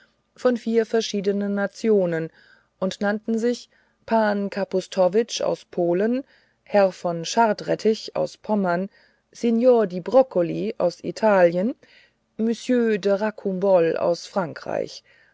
von vier verschiedenen nationen und nannten sich pan kapustowicz aus polen herr von schwarzrettig aus pommern signor di broccoli aus italien monsieur de roccambolle aus frankreich